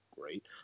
great